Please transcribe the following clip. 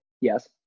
yes